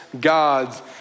gods